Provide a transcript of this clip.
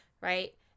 right